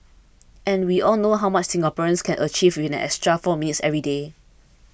and we all know how much Singaporeans can achieve with an extra four minutes every day